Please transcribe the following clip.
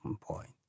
point